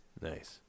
Nice